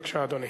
בבקשה, אדוני.